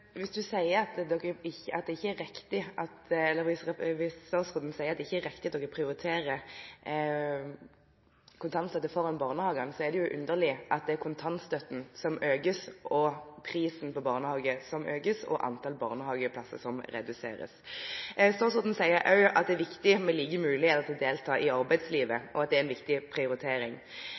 ikke er riktig at regjeringen prioriterer kontantstøtte foran barnehage. Da er det underlig at det er kontantstøtten og prisen på barnehageplass som økes, og at det er antall barnehageplasser som reduseres. Statsråden sier også at det er viktig med lik mulighet til å delta i arbeidslivet, og at det er en viktig prioritering.